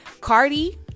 Cardi